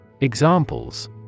Examples